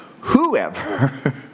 whoever